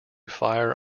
fire